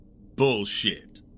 Bullshit